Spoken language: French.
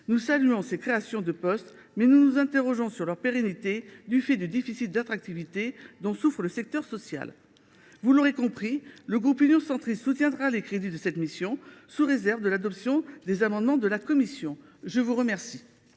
Nous saluons ces créations de postes, mais nous nous interrogeons sur leur pérennité, compte tenu du déficit d’attractivité dont souffre le secteur social. Vous l’aurez compris, le groupe Union Centriste soutiendra les crédits de cette mission, sous réserve de l’adoption de l’amendement déposé par la commission des affaires